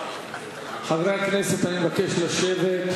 חברי הכנסת, אני מבקש לשבת.